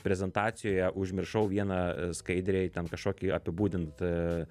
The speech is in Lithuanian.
prezentacijoje užmiršau vieną skaidrėj ten kažkokį apibūdint